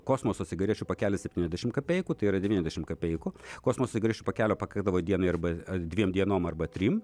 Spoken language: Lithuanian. kosmoso cigarečių pakelis septyniasdešimt kapeikų tai yra devyniasdešimt kapeikų kosmoso cigarečių pakelio pakakdavo dienai arba dviem dienom arba trim